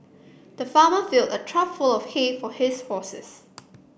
the farmer filled a trough full of hay for his horses